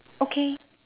okay